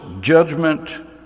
judgment